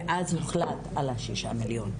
ואז הוחלט על ה-6,000,000.